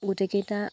গোটেইকেইটা